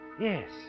Yes